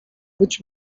być